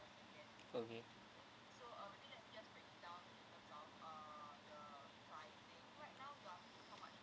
okay